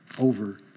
over